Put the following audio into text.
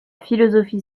philosophie